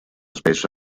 spesso